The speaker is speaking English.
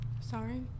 Sorry